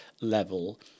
level